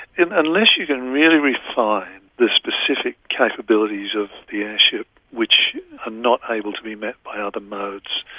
and unless you can really refine the specific capabilities of the airship which are not able to be met by other modes.